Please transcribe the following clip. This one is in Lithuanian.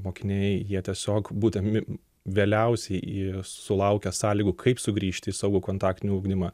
mokiniai jie tiesiog būdami vėliausiai į sulaukia sąlygų kaip sugrįžti į savo kontaktinį ugdymą